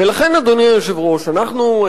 ולכן, אדוני היושב-ראש, אנחנו,